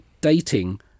dating